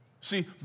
See